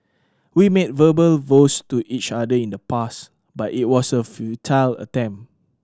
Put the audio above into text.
we made verbal vows to each other in the past but it was a futile attempt